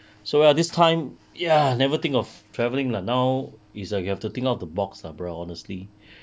so ya this time ya never think of travelling lah now is uh you have to think out the box ah bro honestly